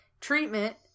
Treatment